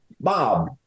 Bob